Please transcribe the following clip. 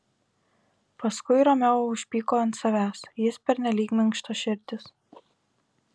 paskui romeo užpyko ant savęs jis pernelyg minkštaširdis